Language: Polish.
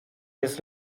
jest